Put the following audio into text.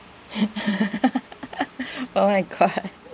oh my god